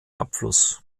abfluss